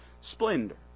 splendor